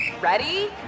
Ready